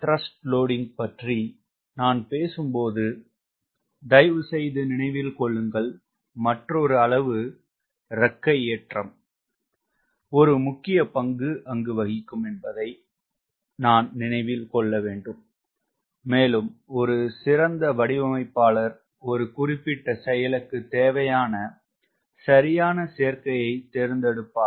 TW பற்றி நான் பேசும்போது தயவுசெய்து நினைவில் கொள்ளுங்கள் மற்றொரு அளவு இறக்கை ஏற்றம் ஒரு முக்கிய பங்கு வகிக்கும் என்பதை நான் நினைவில் கொள்ள வேண்டும் மேலும் ஒரு சிறந்த வடிவமைப்பாளர் ஒரு குறிப்பிட்ட செயலுக்கு தேவையான சரியான சேர்க்கையை தேர்ந்தெடுப்பார்